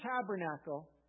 tabernacle